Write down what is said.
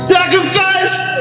Sacrifice